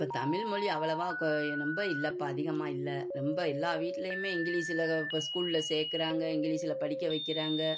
இப்போ தமிழ் மொழி அவ்வளவாக கொ ரொம்ப இல்லைப்பா அதிகமாக இல்லை ரொம்ப எல்லா வீட்லேயுமே இங்கிலீஷில இப்போ ஸ்கூலில் சேக்கிறாங்க இங்கிலீஷில படிக்க வைக்கிறாங்க